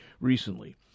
recently